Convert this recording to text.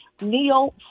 Neo